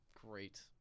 Great